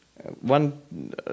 One